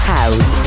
House